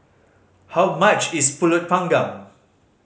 how much is Pulut Panggang